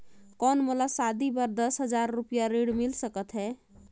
कौन मोला शादी बर दस हजार रुपिया ऋण मिल सकत है?